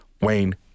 Wayne